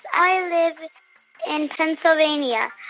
i live in pennsylvania.